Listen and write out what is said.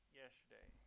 yesterday